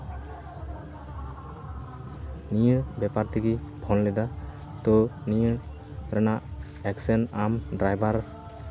ᱱᱤᱭᱟᱹ ᱵᱮᱯᱟᱨ ᱛᱮᱜᱮ ᱯᱷᱳᱱ ᱞᱮᱫᱟ ᱛᱚ ᱱᱤᱭᱟᱹ ᱨᱮᱱᱟᱜ ᱮᱠᱥᱮᱱ ᱟᱢ ᱰᱨᱟᱭᱵᱟᱨ